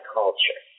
culture